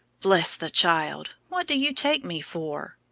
bless the child! what do you take me for?